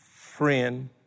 friend